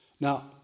now